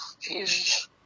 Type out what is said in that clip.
Jesus